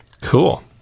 Cool